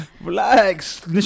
Relax